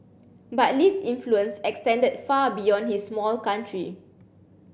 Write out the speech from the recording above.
but Lee's influence extended far beyond his small country